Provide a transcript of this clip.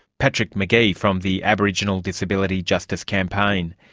patrick mcgee from the aboriginal disability justice campaign.